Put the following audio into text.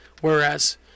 Whereas